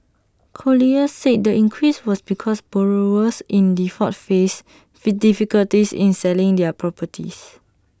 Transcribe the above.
colliers said the increase was because borrowers in default faced difficulties in selling their properties